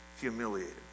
humiliated